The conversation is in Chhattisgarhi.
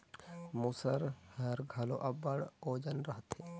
मूसर हर घलो अब्बड़ ओजन रहथे